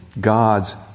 God's